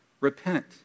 repent